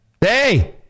hey